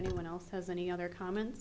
anyone else has any other comments